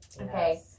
Okay